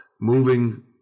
moving